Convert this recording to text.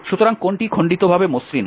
সুতরাং কোনটি খন্ডিতভাবে মসৃণ